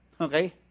okay